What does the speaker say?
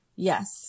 Yes